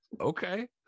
okay